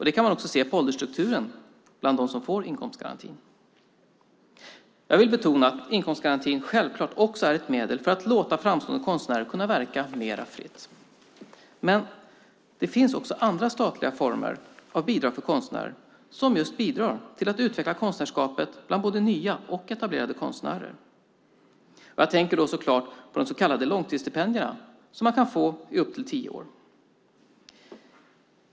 Det kan man se på ålderstrukturen bland dem som får inkomstgarantin. Jag vill betona att inkomstgarantin självklart också är ett medel för att framstående konstnärer ska kunna verka mer fritt. Det finns också andra statliga former av bidrag för konstnärer som bidrar till att utveckla konstnärskapet bland både nya och etablerade konstnärer. Jag tänker förstås på de så kallade långtidsstipendierna som man kan få i upp till tio år.